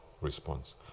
response